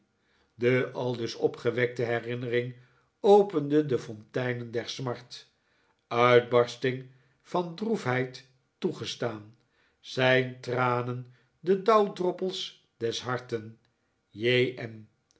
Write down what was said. de aldus opgewekte herinnering opende de fonteinen der smart uitbarsting van droefheid toegestaan zijn tranen de dauwdroppels des harten